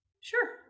Sure